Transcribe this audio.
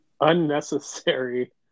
unnecessary